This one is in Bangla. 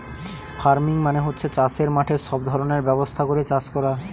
ফার্মিং মানে হচ্ছে চাষের মাঠে সব ধরনের ব্যবস্থা করে চাষ করা